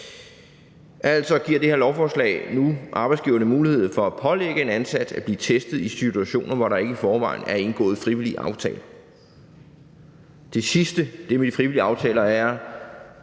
Altså giver det her lovforslag nu arbejdsgiverne mulighed for at pålægge en ansat at blive testet i situationer, hvor der ikke i forvejen er indgået frivillig aftale. Det sidste, altså det med de frivillige aftaler, er